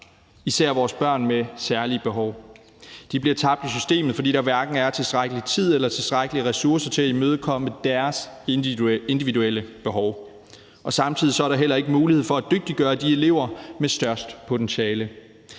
især vores børn med særlige behov. De bliver tabt i systemet, fordi der hverken er tilstrækkelig tid eller tilstrækkelige ressourcer til at imødekomme deres individuelle behov. Samtidig er der heller ikke mulighed for at dygtiggøre de elever med størst potentiale.